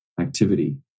activity